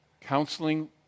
Counseling